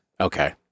Okay